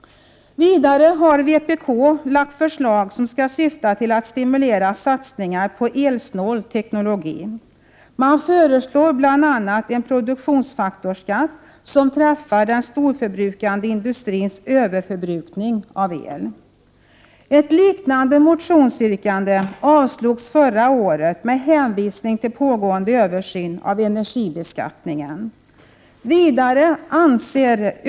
Vidare har vpk lagt fram förslag som skall syfta till att stimulera satsningar på elsnål teknologi. Man föreslår bl.a. en produktionsfaktorskatt som träffar den storförbrukande industrins överförbrukning av el. Ett liknande motionsyrkande avslogs förra året med hänvisning till pågående översyn av energibeskattningen.